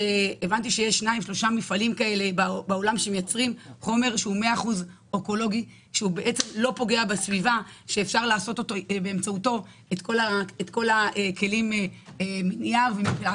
שהוא 100% אקולוגי ושאפשר לעשות באמצעותו את כל הכלים החד-פעמיים.